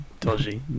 dodgy